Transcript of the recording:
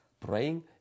praying